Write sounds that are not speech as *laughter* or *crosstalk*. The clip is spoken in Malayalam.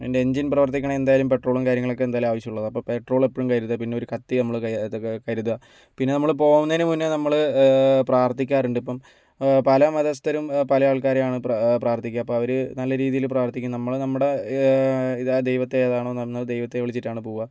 അതിന്റെ എന്ജിന് പ്രവര്ത്തിക്കണേ എന്തായാലും പെട്രോളും കാര്യങ്ങളൊക്കെ എന്തായാലും ആവശ്യമുള്ളതാണ് അപ്പോൾ പെട്രോള് എപ്പോഴും കരുതുക പിന്നൊരു കത്തി നമ്മൾ *unintelligible* ഇതൊക്കെ കരുതുക പിന്നെ നമ്മൾ പോകുന്നതിനു മുന്നേ നമ്മൾ പ്രാര്ത്ഥിക്കാറുണ്ട് ഇപ്പം പല മതസ്ഥരും പല ആള്ക്കാരേ ആണ് പ്രാര്ത്ഥിക്കുക അപ്പം അവർ നല്ല രീതിയിൽ പ്രാര്ത്ഥിക്കും നമ്മൾ നമ്മുടെ ദൈവത്തെ ഏതാണോ നന്നായി ദൈവത്തെ വിളിച്ചിട്ടാണ് പോവുക